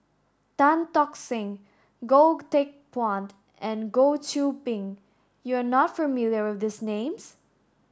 tan Tock Seng Goh Teck Phuan and Goh Qiu Bin you are not familiar with these names